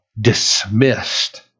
dismissed